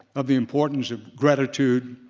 of the importance of gratitude,